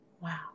Wow